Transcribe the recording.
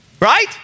Right